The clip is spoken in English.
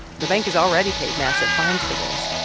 the bank has already paid massive fines for this.